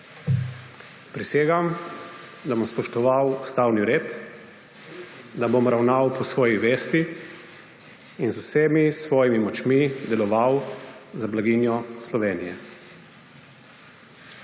Prisegam, da bom spoštoval ustavni red, da bom ravnal po svoji vesti in z vsemi svojimi močmi deloval za blaginjo Slovenije.